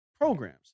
programs